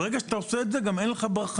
ברגע שאתה עושה את זה, גם אין לך ברחנים.